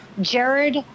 Jared